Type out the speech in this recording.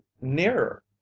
nearer